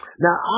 Now